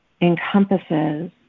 encompasses